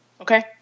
Okay